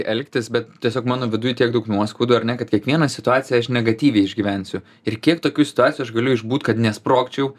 elgtis bet tiesiog mano viduj tiek daug nuoskaudų ar ne kad kiekvieną situaciją aš negatyviai išgyvensiu ir kiek tokių situacijų aš galiu išbūt kad nesprogčiau